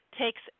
takes